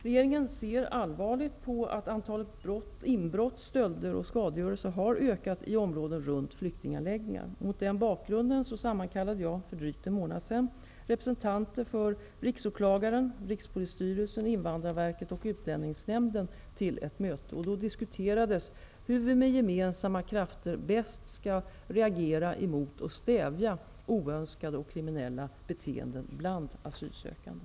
Regeringen ser allvarligt på att antalet inbrott, stölder och skadegörelser har ökat i områden runt flyktingförläggningar. Mot den bakgrunden sammankallade jag för en dryg månad sedan representanter för riksåklagaren, Utlänningsnämnden till ett möte. Då diskuterades hur vi med gemensamma krafter bäst skall reagera mot och stävja oönskade och kriminella beteenden bland asylsökande.